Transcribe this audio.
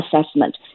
assessment